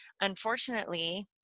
Unfortunately